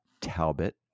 Talbot